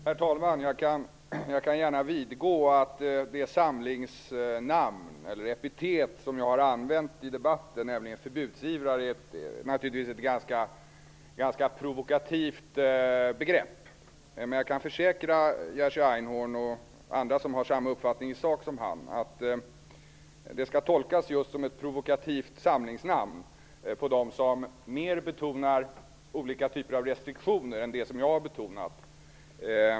Herr talman! Jag kan gärna vidgå att det epitet jag har använt i debatten, förbudsivrare, naturligtvis är ett provokativt begrepp. Jag kan försäkra Jerzy Einhorn -- och andra med samma uppfattning -- att det skall tolkas som ett provokativt samlingsnamn på dem som mer betonar olika typer av restriktioner än det som jag har betonat.